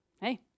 hey